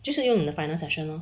就是用 in the final session lor